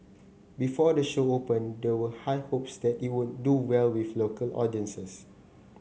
before the show opened there were high hopes that it would do well with local audiences